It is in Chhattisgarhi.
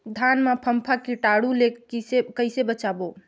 धान मां फम्फा कीटाणु ले कइसे बचाबो?